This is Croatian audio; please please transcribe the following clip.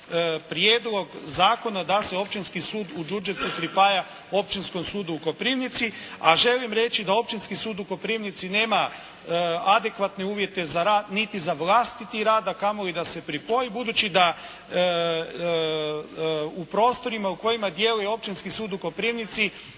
prijedlog zakona da se Općinski sud u Đurđevcu pripaja Općinskom sudu u Koprivnici, a želim reći da Općinski sud u Koprivnici nema adekvatne uvjete za rad, niti za vlastiti rad, a kamoli da se pripoji. Budući da u prostorima u kojima djeluje Općinski sud u Koprivnici